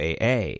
AA